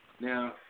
Now